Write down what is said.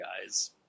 guys